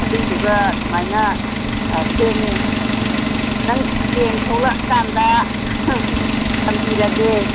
ꯑꯗꯨꯏꯗꯨꯒ ꯑꯗꯨꯃꯥꯏꯅ ꯁꯦꯝꯃꯦ ꯅꯪ ꯍꯌꯦꯡ ꯊꯣꯂꯛꯑꯀꯥꯟꯗ ꯇꯝꯕꯤꯔꯒꯦ